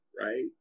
right